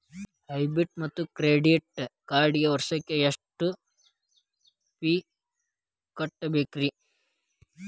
Debit ಮತ್ತು credit ಕಾರ್ಡ್ಗೆ ವರ್ಷಕ್ಕ ಎಷ್ಟ ಫೇ ಕಟ್ಟಬೇಕ್ರಿ?